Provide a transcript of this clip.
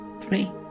Pray